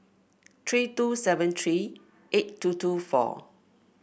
three two seven three eight two two four